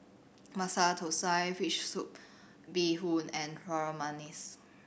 Masala Thosai fish soup bee hoon and Harum Manis